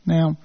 Now